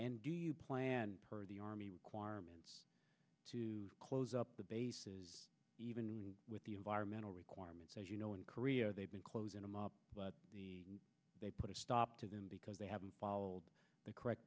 and do you plan for the army requirements to close up the bases even with the environmental requirements as you know in korea they've been close intimate but they put a stop to them because they haven't followed the correct